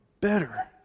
better